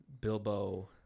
Bilbo